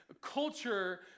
culture